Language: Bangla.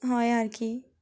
হয় আর কি